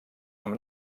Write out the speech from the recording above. amb